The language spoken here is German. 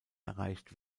erreicht